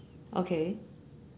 okay